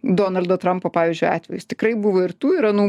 donaldo trampo pavyzdžiui atvejis tikrai buvo ir tų ir anų